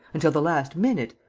until the last minute,